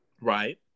Right